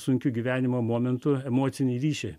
sunkiu gyvenimo momentu emocinį ryšį